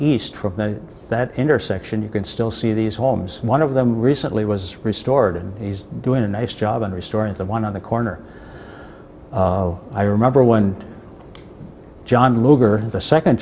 from that intersection you can still see these homes one of them recently was restored and he's doing a nice job on restoring the one on the corner i remember when john luger the second